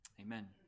Amen